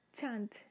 chant